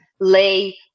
lay